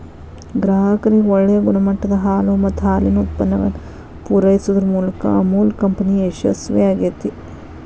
ಗ್ರಾಹಕರಿಗೆ ಒಳ್ಳೆ ಗುಣಮಟ್ಟದ ಹಾಲು ಮತ್ತ ಹಾಲಿನ ಉತ್ಪನ್ನಗಳನ್ನ ಪೂರೈಸುದರ ಮೂಲಕ ಅಮುಲ್ ಕಂಪನಿ ಯಶಸ್ವೇ ಆಗೇತಿ